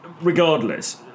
regardless